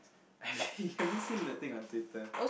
have you seen that thing on Twitter